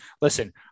Listen